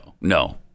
No